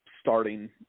starting